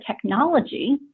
technology